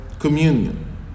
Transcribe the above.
Communion